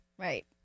Right